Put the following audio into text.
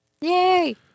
Yay